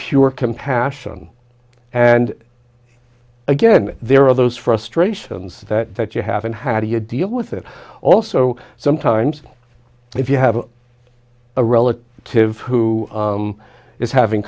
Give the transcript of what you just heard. pure compassion and again there are those frustrations that that you have and how do you deal with that also sometimes if you have a relative who is having